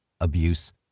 abuse